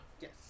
Yes